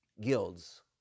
guilds